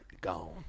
gone